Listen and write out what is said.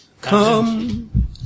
Come